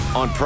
on